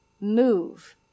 move